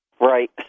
Right